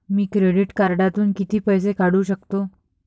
मी credit कार्डातून किती पैसे काढू शकतो?